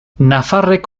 nafarrek